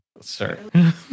Sir